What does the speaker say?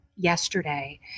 yesterday